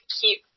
keep